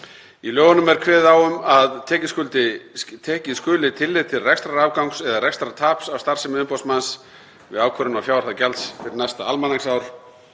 Í lögunum er kveðið á um að tekið skuli tillit til rekstrarafgangs eða rekstrartaps af starfsemi umboðs-manns skuldara við ákvörðun á fjárhæð gjalds fyrir næsta almanaksár.